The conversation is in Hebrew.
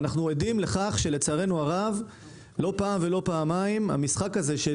אנחנו עדים לכך שלא פעם ולא פעמיים יבואן